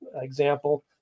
example